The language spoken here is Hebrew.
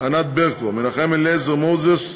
ענת ברקו, מנחם אליעזר מוזס,